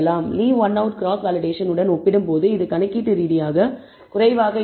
leave one out cross validation உடன் ஒப்பிடும்போது இது கணக்கீட்டு ரீதியாக குறைவாக இருக்கும்